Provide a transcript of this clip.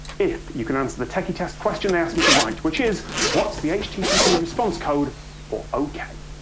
if you can answer the techie test question they asked me to write. which is what's the http response code for ok?